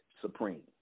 supreme